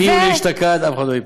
מיולי אשתקד אף אחד לא ייפול.